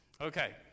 Okay